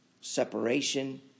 separation